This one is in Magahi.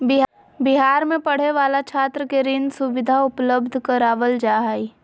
बिहार में पढ़े वाला छात्र के ऋण सुविधा उपलब्ध करवाल जा हइ